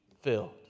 filled